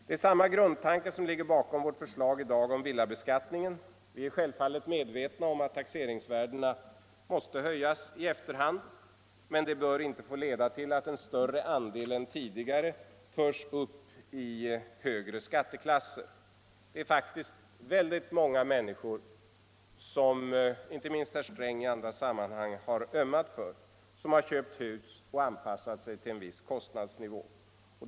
Det är samma grundtanke som ligger bakom vårt förslag i dag om villabeskattningen. Vi är självfallet medvetna om att taxeringsvärdena måste höjas i efterhand, men det bör inte få leda till att en större andel av inkomsttagarna än tidigare förs upp i högre skatteklasser. Det är många människor, som inte minst herr Sträng i andra sammanhang har ömmat för, som har köpt hus och anpassat sig till en viss kostnadsnivå.